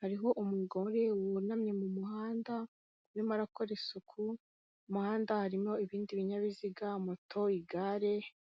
hariho umugore wunamye mu muhanda urimo arakora isuku, mu muhanda harimo ibindi binyabiziga, moto, igare